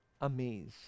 amazed